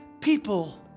people